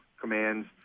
commands